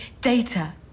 data